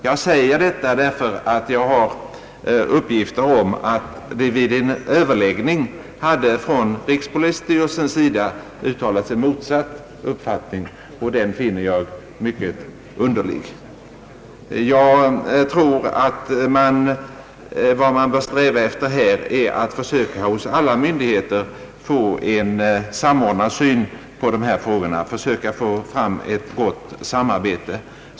Jag säger detta därför att jag har fått uppgift om att det vid en överläggning från rikspolisstyrelsens sida hade uttalats en motsatt uppfattning, och den finner jag mycket underlig. Jag tror att vad man bör sträva efter är att hos alla myndigheter försöka få en enhetlig syn på dessa frågor för att få till stånd ett gott samarbete.